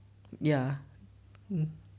ya mm